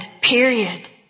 period